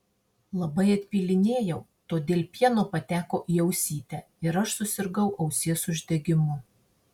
labai atpylinėjau todėl pieno pateko į ausytę ir aš susirgau ausies uždegimu